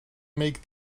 make